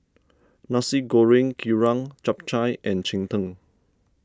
Nasi Goreng Kerang Chap Chai and Cheng Tng